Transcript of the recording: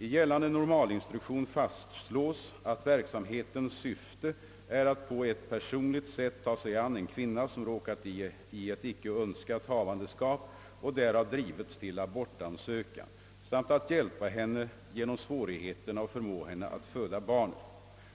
I gällande normalinstruktion fastslås, att verksamhetens syfte är att på ett personligt sätt ta sig an en kvinna, som råkat i ett icke önskat havandeskap och därav drivits till abortansökan, samt att hjälpa henne genom svårigheterna och förmå henne att föda barnet.